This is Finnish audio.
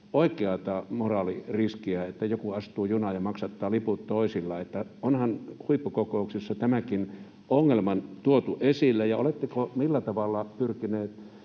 oikeata moraaliriskiä, että joku astuu junaan ja maksattaa liput toisilla? Onhan huippukokouksissa tämäkin ongelma tuotu esille? Ja millä tavalla olette